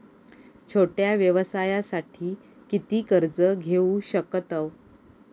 छोट्या व्यवसायासाठी किती कर्ज घेऊ शकतव?